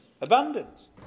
abundance